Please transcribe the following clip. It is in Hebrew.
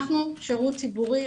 אנחנו שירות ציבורי,